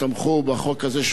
שהוא חשוב לדעתי.